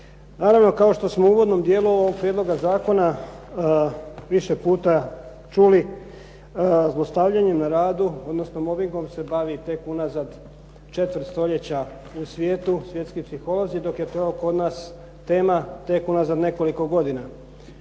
Naravno, kao što smo u uvodnom dijelu ovog prijedloga zakona više puta čuli, zlostavljanjem na radu, odnosno mobingom se bavi tek unazad 4 stoljeća u svijetu, svjetski psiholozi, dok je to kod nas tema tek unazad nekoliko godina.